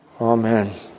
Amen